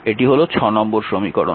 এটি হল নম্বর সমীকরণ